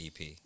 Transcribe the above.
EP